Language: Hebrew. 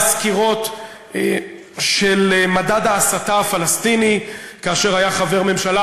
סקירות של מדד ההסתה הפלסטינית כאשר היה חבר הממשלה.